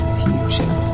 future